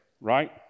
right